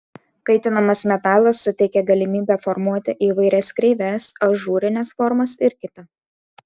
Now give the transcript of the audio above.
kaitinamas metalas suteikia galimybę formuoti įvairias kreives ažūrines formas ir kita